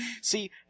See